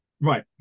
Right